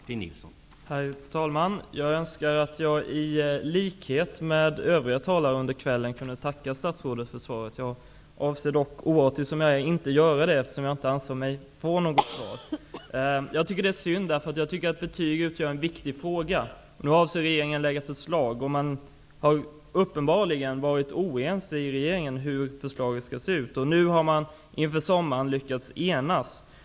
Herr talman! Jag önskar att jag i likhet med övriga talare under kvällen kunde tacka statsrådet för svaret. Jag avser dock, oartig som jag är, att inte göra det, eftersom jag inte anser mig ha fått något svar. Det tycker jag är synd, då betygsfrågan är en viktig fråga. Nu avser regeringen att lägga fram ett förslag. Man har i regeringen uppenbarligen varit oense om hur förslaget skall se ut. Inför sommaren har man lyckats enas.